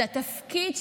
זה התפקיד שלנו,